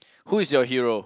who is your hero